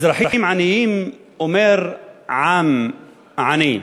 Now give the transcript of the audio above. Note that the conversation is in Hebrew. אזרחים עניים אומר עם עני.